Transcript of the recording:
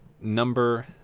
number